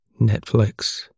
Netflix